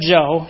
Joe